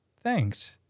thanks